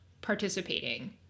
participating